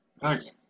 Thanks